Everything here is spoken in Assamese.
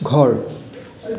ঘৰ